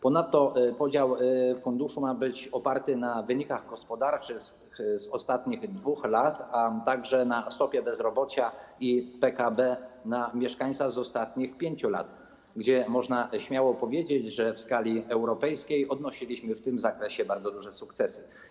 Ponadto podział funduszu ma być oparty na wynikach gospodarczych z ostatnich 2 lat, a także na stopie bezrobocia i PKB na mieszkańca z ostatnich 5 lat, a można śmiało powiedzieć, że w skali europejskiej odnosiliśmy w tym zakresie bardzo duże sukcesy.